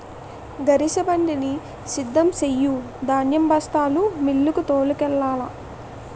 గరిసెబండిని సిద్ధం సెయ్యు ధాన్యం బస్తాలు మిల్లుకు తోలుకెల్లాల